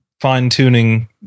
fine-tuning